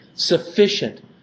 Sufficient